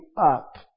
up